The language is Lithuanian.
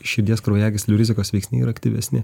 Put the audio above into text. širdies kraujagyslių rizikos veiksniai yra aktyvesni